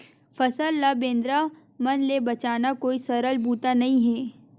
फसल ल बेंदरा मन ले बचाना कोई सरल बूता नइ हे